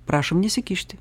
prašom nesikišti